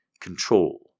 Control